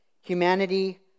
humanity